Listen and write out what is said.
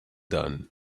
done